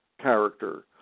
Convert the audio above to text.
character